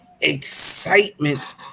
excitement